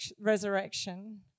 resurrection